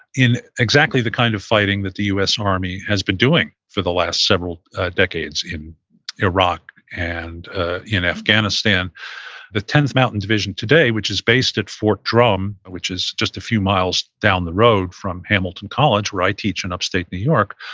in exactly the kind of fighting that the u s. army has been doing for the last several decades in iraq and in afghanistan the tenth mountain division today, which is based at fort drum, which is just a few miles down the road from hamilton college, where i teach in upstate new york,